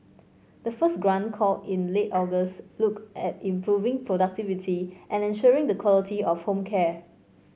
the first grant call in late August looked at improving productivity and ensuring the quality of home care